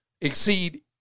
exceed